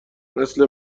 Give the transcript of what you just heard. مثل